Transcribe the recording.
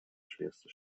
schwerste